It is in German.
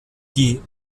die